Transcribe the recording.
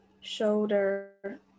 shoulder